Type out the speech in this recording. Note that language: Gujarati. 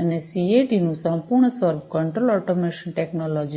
અને સીએટીનું સંપૂર્ણ સ્વરૂપ કંટ્રોલ ઑટોમેશન ટેકનોલોજી છે